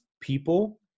people